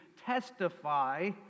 testify